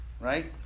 right